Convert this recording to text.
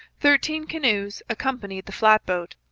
thirteen canoes accompanied the flat-boat.